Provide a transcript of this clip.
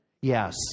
Yes